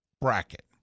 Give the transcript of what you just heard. bracket